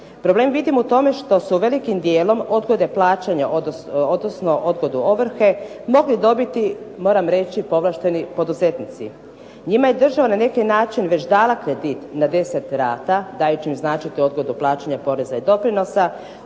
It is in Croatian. Problem vidim u tome što su velikim dijelom odgode plaćanja odnosno odgodu ovrhe mogli dobiti moram reći povlašteni poduzetnici. Njima je država na neki način već dala kredit na 10 rata, dajući im … odgodu plaćanja poreza i doprinosa,